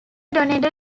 donated